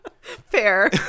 Fair